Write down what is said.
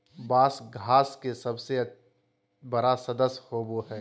बाँस घास के सबसे बड़ा सदस्य होबो हइ